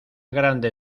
grande